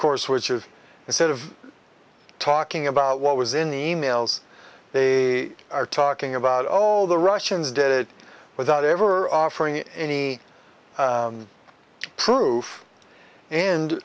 course which is instead of talking about what was in the e mails they are talking about all the russians did it without ever offering any proof and